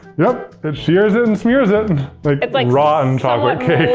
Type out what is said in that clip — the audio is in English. yep, it shears it and smears it! like rotten chocolate cake.